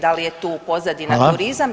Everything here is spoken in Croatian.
Da li je tu pozadina turizam